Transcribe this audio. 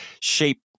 shape